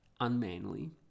unmanly